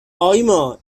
آیما